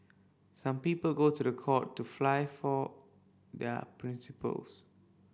some people go to the court to fight for their principles